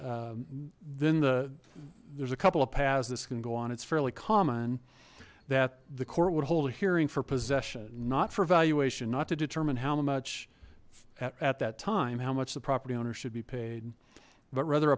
then the there's a couple of paths this can go on it's fairly common that the court would hold a hearing for possession not for valuation not to determine how much at that time how much the property owner should be paid but rather